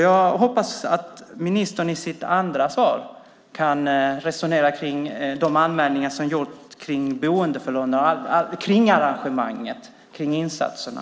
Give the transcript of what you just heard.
Jag hoppas att ministern i sitt andra inlägg kan resonera kring de anmälningar som gjorts om boendet och kringarrangemanget kring insatserna.